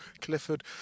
clifford